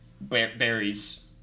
berries